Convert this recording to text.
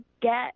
get